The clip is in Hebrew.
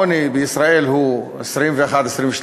העוני בישראל הוא 22%-21%.